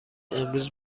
امروز